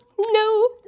no